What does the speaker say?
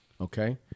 okay